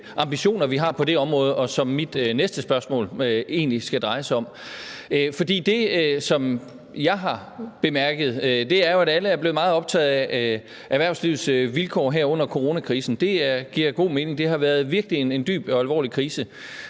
ambitioner, vi har på det område. Og det skal mit næste spørgsmål dreje sig om. Det, som jeg har bemærket, er, at alle er blevet meget optaget af erhvervslivets vilkår her under coronakrisen, og det giver god mening, for det har virkelig været en dyb og alvorlig krise.